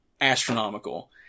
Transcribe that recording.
astronomical